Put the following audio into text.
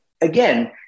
again